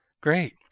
Great